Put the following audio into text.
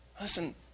Listen